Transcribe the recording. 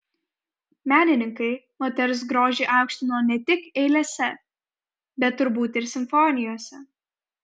menininkai moters grožį aukštino ne tik eilėse bet turbūt ir simfonijose